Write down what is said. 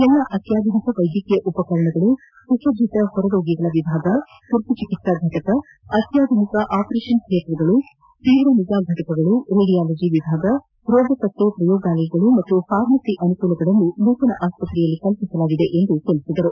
ಎಲ್ಲಾ ಅತ್ಯಾಧುನಿಕ ವೈದ್ಯಕೀಯ ಉಪಕರಣಗಳು ಸುಸಜ್ಜಿತ ಹೊರರೋಗಿಗಳ ವಿಭಾಗ ತುರ್ತುಚಿಕಿತ್ತಾ ಫಟಕ ಅತ್ಯಾಧುನಿಕ ಆಪರೇಷನ್ ಥಿಯೇಟರ್ಗಳು ತೀವ್ರ ನಿಗಾ ಫಟಕಗಳು ರೇಡಿಯಾಲಜಿ ವಿಭಾಗ ರೋಗ ಪತ್ತ ಪ್ರಯೋಗಾಲಯಗಳು ಮತ್ತು ಫಾರ್ಮಸಿ ಅನುಕೂಲಗಳನ್ನು ನೂತನ ಆಸ್ಷತ್ರೆಯಲ್ಲಿ ಕಲ್ಪಿಸಲಾಗಿದೆ ಎಂದು ತಿಳಿಸಿದರು